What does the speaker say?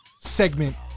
segment